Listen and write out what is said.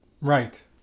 Right